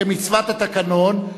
כמצוות התקנון,